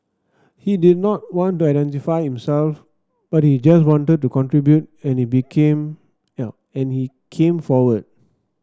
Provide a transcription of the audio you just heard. he did not want to identify himself but he just wanted to contribute and he became and he came forward